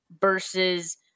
versus